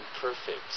perfect